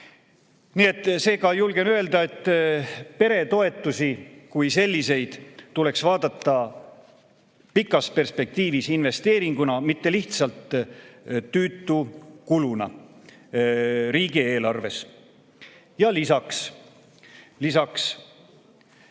Seega julgen öelda, et peretoetusi kui selliseid tuleks vaadata pikas perspektiivis investeeringuna, mitte lihtsalt tüütu kuluna riigieelarves. Ja lisaks,